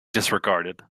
disregarded